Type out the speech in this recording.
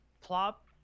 plop